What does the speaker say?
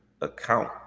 account